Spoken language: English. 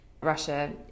Russia